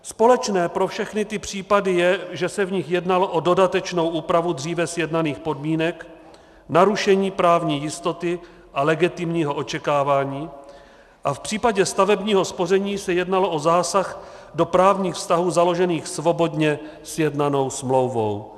Společné pro všechny ty případy je, že se v nich jednalo o dodatečnou úpravu dříve sjednaných podmínek, narušení právní jistoty a legitimního očekávání a v případě stavebního spoření se jednalo o zásah do právních vztahů založených svobodně sjednanou smlouvou.